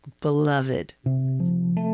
Beloved